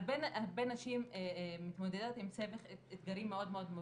הרבה נשים מתמודדות עם סבך אתגרים מאוד מאוד מורכב.